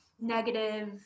negative